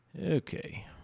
Okay